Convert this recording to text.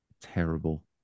Terrible